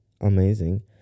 amazing